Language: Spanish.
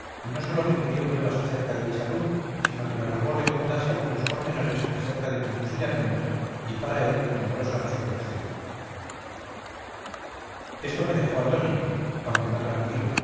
y no sólo me pidió nuevas acerca de mi salud sino que me rogó le contase algunos pormenores acerca de mi fusilamiento y para él milagrosa resurrección esto me dejó atónito aunque no tranquilo